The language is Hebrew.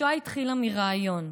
השואה התחילה מרעיון.